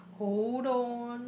hold on